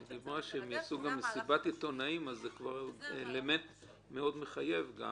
ברגע שהם גם יעשו מסיבת עיתונאים זה גם אלמנט מאוד מחייב.